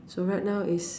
so right now is